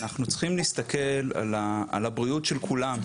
אנחנו צריכים להסתכל על הבריאות של כולם,